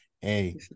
hey